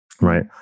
right